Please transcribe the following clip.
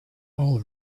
all